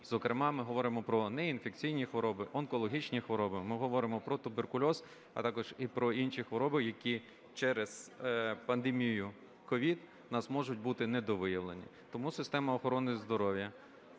зокрема, ми говоримо про неінфекційні хвороби, онкологічні хвороби, ми говоримо про туберкульоз, а також і про інші хвороби, які через пандемію COVID у нас можуть бути недовиявлені. Тому система охорони здоров'я